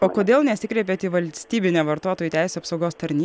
o kodėl nesikreipėte į valstybinę vartotojų teisių apsaugos tarnybą